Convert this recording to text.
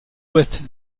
ouest